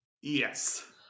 Yes